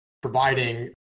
providing